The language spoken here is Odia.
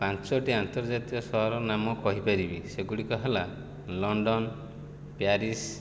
ପାଞ୍ଚୋଟି ଆନ୍ତର୍ଜାତୀୟ ସହରର ନାମ କହିପାରିବି ସେଗୁଡ଼ିକ ହେଲା ଲଣ୍ଡନ୍ ପ୍ୟାରିସ୍